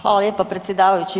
Hvala lijepa predsjedavajući.